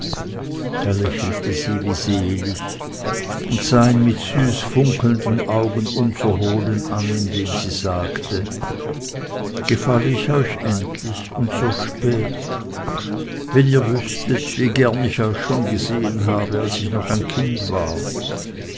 da lächelte sie wie selig und sah ihn mit süß funkelnden augen unverhohlen an indem sie sagte gefall ich euch endlich und so spät wenn ihr wüßtet wie gern ich euch schon gesehen habe als ich noch ein kind war